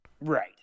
Right